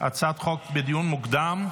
הצעות חוק לדיון מוקדם.